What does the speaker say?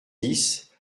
dix